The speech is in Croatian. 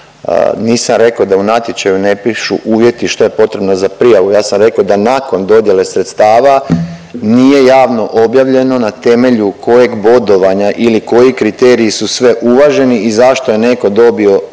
nisam rekao da u natječaju ne pišu uvjeti što je potrebno za prijavu, ja sam rekao da nakon dodjele sredstava nije javno objavljeno na temelju kojeg bodovanja ili koji kriteriji su sve uvaženi i zašto je netko dobio